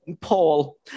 Paul